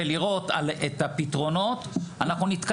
וכאחד ששלח את הבנות שלו